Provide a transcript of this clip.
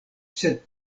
sed